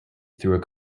through